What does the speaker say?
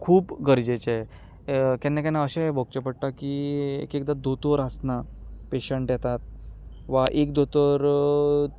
गरजेचे केन्ना केन्ना अशेंय भोगचें पडटा की एक एकदां दोतोर आसना पॅशंट येतात वा एक दोतोर